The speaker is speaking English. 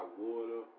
water